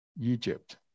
Egypt